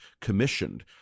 commissioned